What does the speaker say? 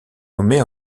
nommée